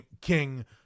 King